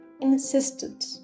insisted